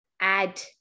add